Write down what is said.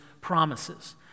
promises